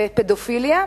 בפדופיליה,